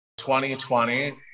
2020